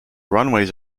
runways